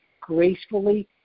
gracefully